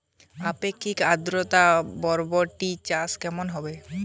আপেক্ষিক আদ্রতা বরবটি চাষ কেমন হবে?